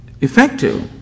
effective